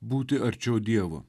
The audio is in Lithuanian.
būti arčiau dievo